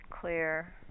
clear